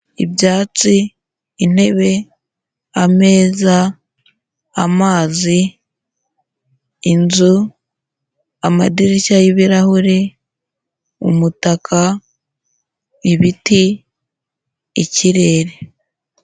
Ibyatsi, intebe, ameza, amazi, inzu, amadirishya y'ibirahure, umutaka, ibiti, ikirere.